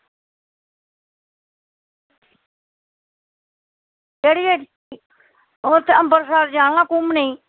केह्ड़ी गड्डी ओह् ते अवंरसर जाना घूमने गी